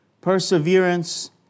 Perseverance